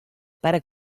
para